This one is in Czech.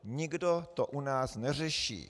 Nikdo to u nás neřeší.